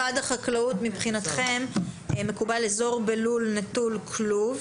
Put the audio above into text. משרד החקלאות מקבל אזור בלול נטול כלוב.